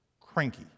cranky